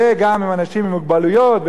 וגם אנשים עם מוגבלות,